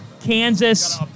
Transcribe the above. Kansas